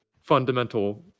fundamental